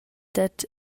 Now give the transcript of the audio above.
dad